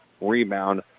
Rebound